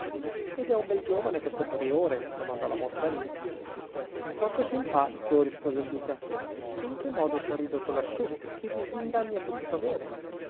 ed è un bel giovane questo priore domandò la signora morselli tanto simpatico rispose il duca e in che modo s'è ridotto lassù che disinganni ha potuto avere